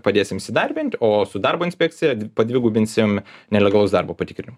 padėsim įsidarbinti o su darbo inspekcija padvigubinsim nelegalaus darbo patikrinimą